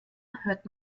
hört